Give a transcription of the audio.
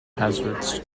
hazards